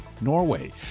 Norway